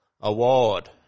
Award